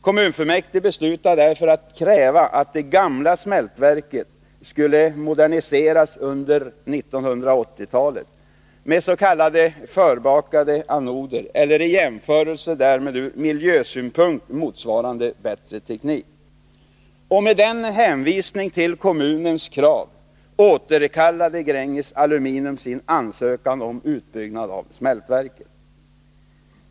Kommunfullmäktige beslutade därför att kräva att det gamla smältverket skulle moderniseras under 1980-talet med s.k. förbakade anoder eller i jämförelse därmed, ur miljösynpunkt, motsvarande bättre teknik. Med hänvisning till kommunens krav återkallade Gränges Aluminium sin ansökan om utbyggnad av smältverket.